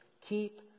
keep